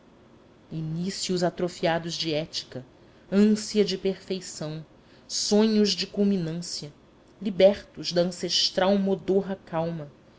miserando inícios atrofiados de ética ânsia de perfeição sonhos de culminância libertos da ancestral modorra calma